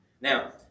Now